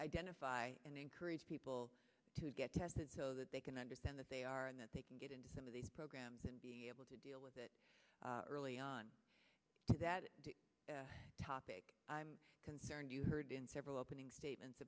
identify and encourage people to get tested so that they can understand that they are and that they can get into some of these programs and be able to deal with it early on that topic i'm concerned you heard in several opening statements